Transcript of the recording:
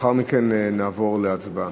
לאחר מכן נעבור להצבעה.